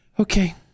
Okay